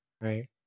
right